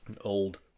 old